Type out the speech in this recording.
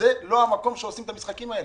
זה לא המקום שעושים את המשחקים האלה.